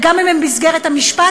וגם אם הן במסגרת המשפט,